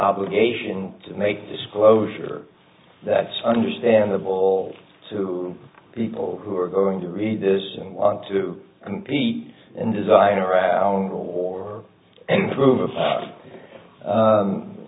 obligation to make disclosure that's understandable to people who are going to read this and want to compete and design our own or and prove